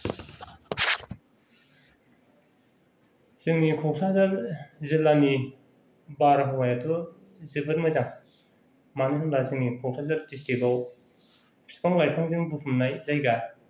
जोंनि कक्राझार जिल्लानि बारहावायाथ' जोबोर मोजां मानो होनब्ला जोंनि कक्राझार डिस्ट्रिकआव बिफां लाइफांजों बुंफबनाय जायगा